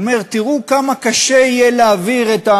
הוא אומר: תראו כמה קשה יהיה להעביר,